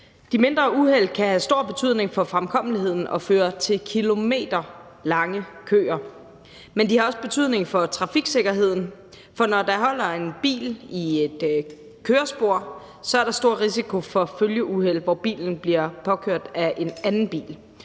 De mindre uheld kan have stor betydning for fremkommeligheden og føre til kilometerlange køer. Men de har også betydning for trafiksikkerheden, for når der holder en bil i et kørespor, er der stor risiko for følgeuheld, hvor bilen bliver påkørt af en anden bil.